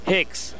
Hicks